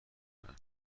کنن